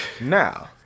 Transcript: Now